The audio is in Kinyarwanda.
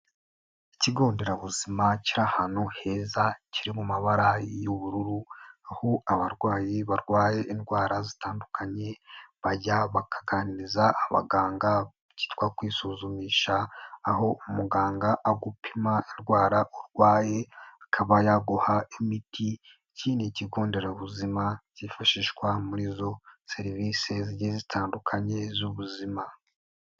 Ikigo nderabuzima kiri ahantu heza kiri mu mabara y'ubururu, aho abarwayi barwaye indwara zitandukanye, bajya bakaganiriza abaganga ibyitwa kwisuzumisha, aho umuganga agupima indwara urwaye akaba yaguha imiti, iki ni ikigo nderabuzima kifashishwa muri izo serivisi zigiye zitandukanye z'ubuzima.